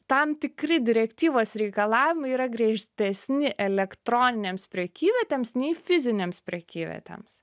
tam tikri direktyvos reikalavimai yra griežtesni elektroninėms prekyvietėms nei fizinėms prekyvietėms